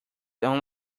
only